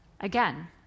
Again